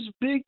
big